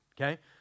okay